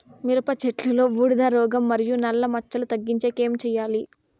మిరప చెట్టులో బూడిద రోగం మరియు నల్ల మచ్చలు తగ్గించేకి ఏమి చేయాలి?